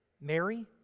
Mary